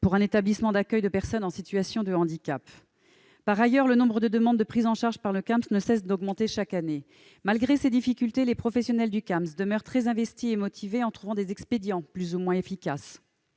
pour un établissement d'accueil de personnes en situation de handicap ! Par ailleurs, le nombre de demandes de prise en charge par le Camsp ne cesse d'augmenter chaque année. Malgré ces difficultés, les professionnels du Camsp demeurent très investis et motivés, en trouvant des expédients plus ou moins efficaces.